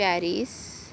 Paris